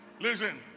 Listen